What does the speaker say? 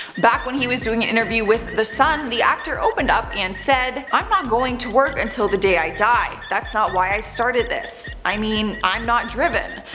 back when he was doing an interview with the sun, the actor opened up and said i'm not going to work until the day i die, that's not why i started this. i mean, i'm not driven.